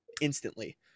instantly